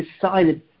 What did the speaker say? decided